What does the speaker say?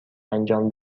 انجام